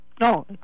No